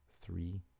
three